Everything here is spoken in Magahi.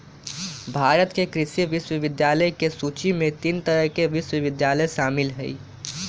भारत में कृषि विश्वविद्यालय के सूची में तीन तरह के विश्वविद्यालय शामिल हई